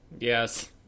Yes